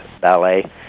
ballet